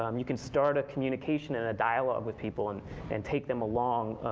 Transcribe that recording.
um you can start a communication and a dialogue with people and and take them along